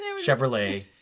Chevrolet